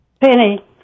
penny